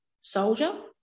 soldier